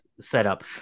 setup